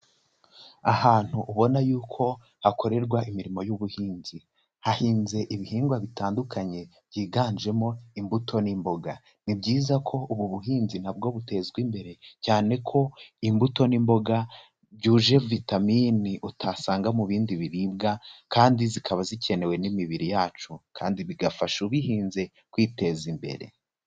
Ahantu ubona yuko hakorerwa imirimo y'ubuhinzi, hahinze ibihingwa bitandukanye byiganjemo imbuto n'imboga, ni byiza ko ubu buhinzi nabwo butezwa imbere cyane ko imbuto n'imboga byuje vitamine utasanga mu bindi biribwa kandi zikaba zikenewe n'imibiri yacu kandi bigafasha ubuhinze kwiteza imbere.